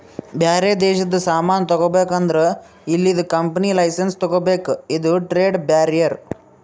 ಬ್ಯಾರೆ ದೇಶದು ಸಾಮಾನ್ ತಗೋಬೇಕ್ ಅಂದುರ್ ಇಲ್ಲಿದು ಕಂಪನಿ ಲೈಸೆನ್ಸ್ ತಗೋಬೇಕ ಇದು ಟ್ರೇಡ್ ಬ್ಯಾರಿಯರ್